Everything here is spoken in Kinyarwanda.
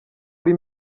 uri